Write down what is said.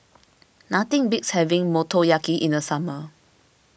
nothing beats having Motoyaki in the summer